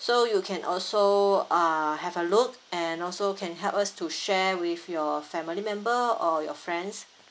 so you can also uh have a look and also can help us to share with your family member or your friends